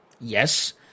Yes